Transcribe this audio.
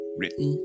written